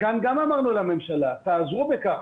כאן גם אמרנו לממשלה, תעזרו בכך.